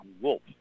Wolf